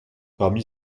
parmi